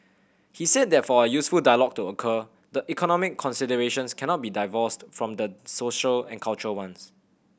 he said that for a useful dialogue to occur the economic considerations cannot be divorced from the social and cultural ones